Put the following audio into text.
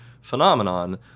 phenomenon